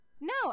No